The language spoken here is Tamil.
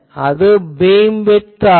அது பீம்விட்த் ஆகும்